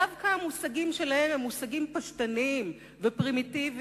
דווקא המושגים שלהם הם מושגים פשטניים ופרימיטיביים,